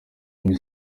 buri